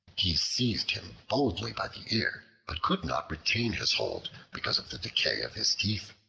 he seized him boldly by the ear, but could not retain his hold because of the decay of his teeth,